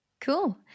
Cool